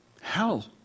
Hell